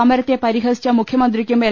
സമരത്തെപരിഹസിച്ച മുഖ്യമന്ത്രിക്കും എൽ